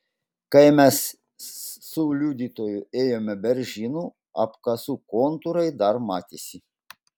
kai mes su liudytoju ėjome beržynu apkasų kontūrai dar matėsi